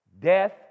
death